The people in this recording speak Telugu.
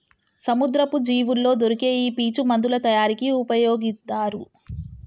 సముద్రపు జీవుల్లో దొరికే ఈ పీచు మందుల తయారీకి ఉపయొగితారు